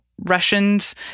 Russians